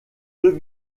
deux